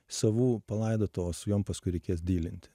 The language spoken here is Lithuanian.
savų palaidota o su jom paskui reikės dylinti